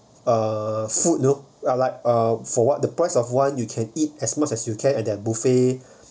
uh food uh like uh for what the price of one you can eat as much as you can at their buffet